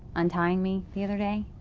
untying me the other day.